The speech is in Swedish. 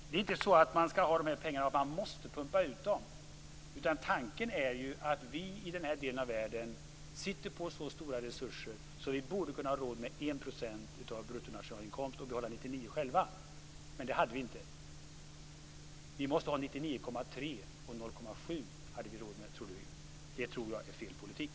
Det är inte så att man måste pumpa ut de här pengarna. Tanken är att vi i den här delen av världen sitter på så stora resurser att vi borde kunna ha råd med 1 % av bruttonationalinkomsten och behålla 99 % själva. Men det hade vi inte. Vi måste ha 99,3 och 0,7 hade vi råd med, trodde vi. Det tror jag är fel politik.